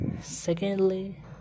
Secondly